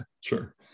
sure